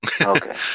Okay